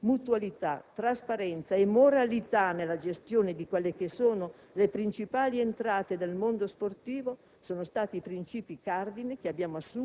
Ma proprio la flessibilità dello strumento della delega, con l'emendamento che è stato accolto in Commissione, consentirà al Governo di operare con puntualità.